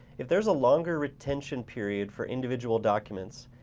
if there's a longer retention period for individual documents,